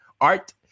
art